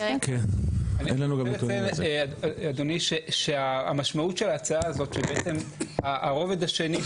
אני רוצה לציין אדוני שהמשמעות של ההצעה הזאת שבעצם הרובד השני,